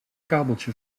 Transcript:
kabeltje